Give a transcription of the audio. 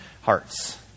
hearts